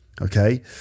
okay